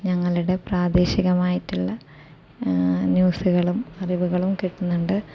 ഞങ്ങളുടെ പ്രാദേശികമായിട്ടുള്ള ന്യൂസുകളും അറിവുകളും കിട്ടുന്നുണ്ട്